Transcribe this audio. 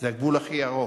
זה הגבול הכי ארוך.